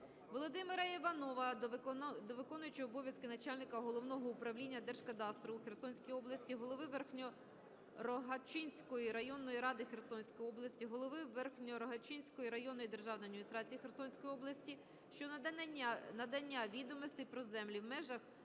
Володимира Іванова до виконуючого обов'язки начальника Головного управління Держгеокадастру у Херсонській області, голови Верхньорогачицької районної ради Херсонської області, голови Верхньорогачицької районної державної адміністрації Херсонської області щодо надання відомостей про землі в межах